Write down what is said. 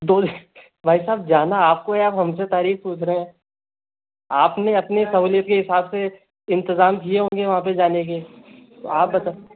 दो दिन भाईसाहब जाना आपको है आप हमसे तारीख पूछ रहे हैं आपने अपने सहूलियत के हिसाब से इंतजाम किए होंगे वहाँ पे जाने के तो आप बता